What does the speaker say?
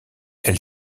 elle